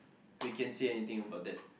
we can't say anything about that